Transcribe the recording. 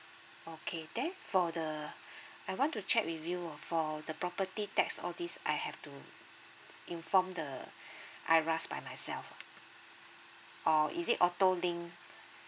okay then for the I want to check with you for the property tax all these I have to inform the iras by myself ah or is it auto linked